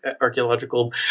archaeological